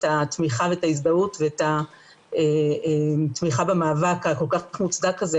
את התמיכה ואת ההזדהות ואת התמיכה במאבק הכול כך מוצדק הזה,